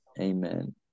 Amen